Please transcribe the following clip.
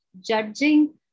judging